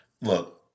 look